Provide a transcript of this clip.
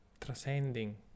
transcending